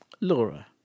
Laura